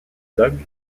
doug